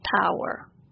power